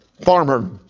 farmer